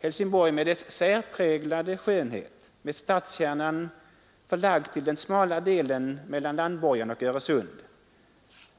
Helsingborg med dess särpräglade skönhet, med stadskärnan förlagd till den smala delen mellan landborgen och Öresund,